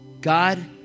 God